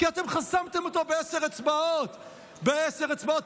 כי אתם חסמתם אותו בעשר אצבעות, בעשר אצבעות.